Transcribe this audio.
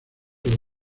los